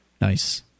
Nice